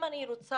אם אני רוצה,